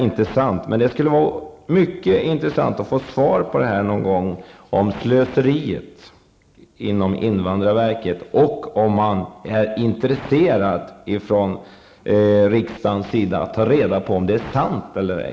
Men det skulle vara mycket intressant att någon gång få svar på frågan om slöseriet inom invandrarverket -- och om man från riksdagens sida är intresserad av att ta reda på om det är sant eller ej.